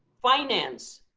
finance